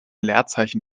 leerzeichen